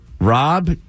Rob